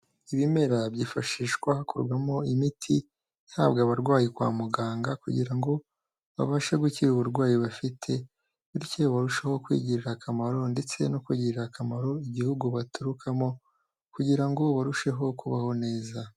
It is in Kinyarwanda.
Ibimera byifashishwa hakorwamo imiti ihabwa abarwayi kwa muganga kugira ngo babashe gukira uburwayi bafite bityo barusheho kwigirira akamaro ndetse no kugirira akamaro igihugu baturukamo kugira ngo barusheho kubaho neza.